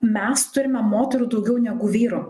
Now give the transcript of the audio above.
mes turime moterų daugiau negu vyrų